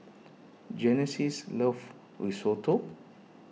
Genesis loves Risotto